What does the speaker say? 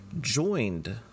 joined